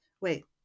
wait